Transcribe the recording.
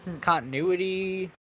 continuity